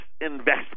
investment